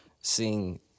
seeing